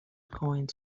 coins